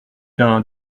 d’un